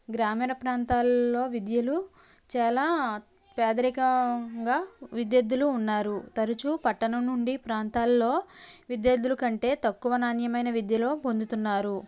గ్రామీణ ప్రాంతాలలో విద్యలు చాలా పేదరికంగా విద్యార్థులు ఉన్నారు తరుచూ పట్టణం నుండి ప్రాంతాల్లో విద్యార్థులకంటే తక్కువ నాణ్యమైన విద్యలు పొందుతున్నారు